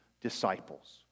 disciples